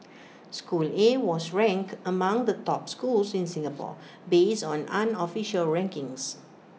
school A was ranked among the top schools in Singapore based on unofficial rankings